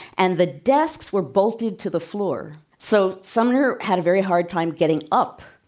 and the desks were bolted to the floor. so, sumner had a very hard time getting up,